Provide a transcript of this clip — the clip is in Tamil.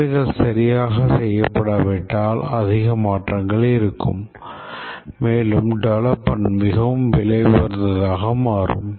தேவைகள் சரியாக செய்யப்படாவிட்டால் அதிக மாற்றங்கள் இருக்கும் மேலும் டெவெலப்மென்ட் மிகவும் விலை உயர்ந்ததாக மாறும்